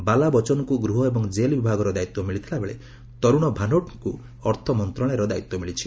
ବାଲା ବଚନ୍ଙ୍କୁ ଗୃହ ଏବଂ ଜେଲ୍ ବିଭାଗର ଦାୟିତ୍ୱ ମିଳିଥିଲାବେଳେ ତରୁଣ ଭାନୋଟ୍ଙ୍କୁ ଅର୍ଥମନ୍ତ୍ରଣାଳୟର ଦାୟିତ୍ୱ ମିଳିଛି